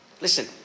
Listen